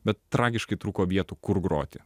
bet tragiškai trūko vietų kur groti